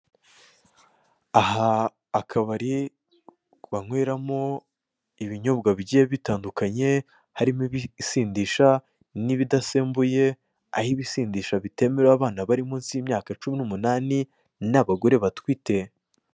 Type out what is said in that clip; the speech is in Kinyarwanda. Aha akabari banyweramo ibinyobwa bigiye bitandukanye harimo ibisindisha n'ibidasembuye aho ibisindisha bitemerewe abana bari munsi y'imyaka cumi n'umunani n'abagore batwite.